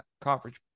conference